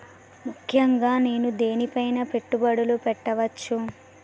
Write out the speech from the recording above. ముఖ్యంగా నేను దేని పైనా పెట్టుబడులు పెట్టవచ్చు?